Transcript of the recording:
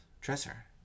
dresser